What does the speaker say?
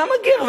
כמה גר?